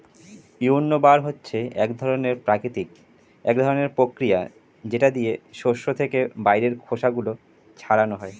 উইন্নবার হচ্ছে এক ধরনের প্রতিক্রিয়া যেটা দিয়ে শস্য থেকে বাইরের খোসা গুলো ছাড়ানো হয়